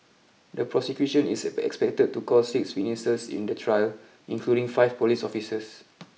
the prosecution is expected to call six witnesses in the trial including five police officers